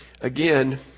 again